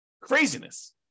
Craziness